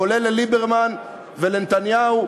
כולל לליברמן ולנתניהו,